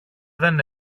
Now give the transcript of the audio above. δεν